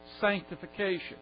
sanctification